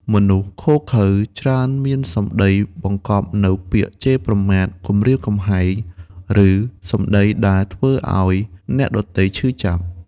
មនុស្សឃោរឃៅ ច្រើនមានសម្ដីបង្កប់នូវពាក្យជេរប្រមាថ គំរាមកំហែង ឬសម្ដីដែលធ្វើឱ្យអ្នកដទៃឈឺចាប់។